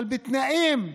אבל בתנאים טובים,